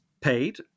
paid